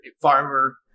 farmer